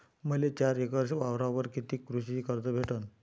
मले चार एकर वावरावर कितीक कृषी कर्ज भेटन?